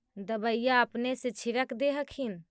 दबइया अपने से छीरक दे हखिन?